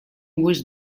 was